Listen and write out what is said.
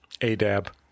A-dab